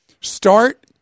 start